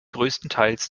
größtenteils